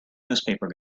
newspaper